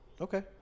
Okay